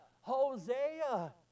Hosea